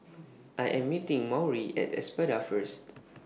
I Am meeting Maury At Espada First